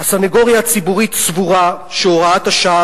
הסניגוריה הציבורית סבורה ש"הוראת השעה